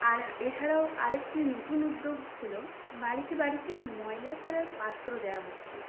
আর এছাড়াও আরেকটি নতুন উদ্যোগ হল বাড়িতে বাড়িতে ময়লা ফেলার পাত্র দেওয়া হচ্ছে